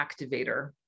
activator